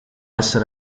essere